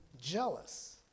Jealous